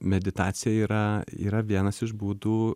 meditacija yra yra vienas iš būdų